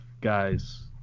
guys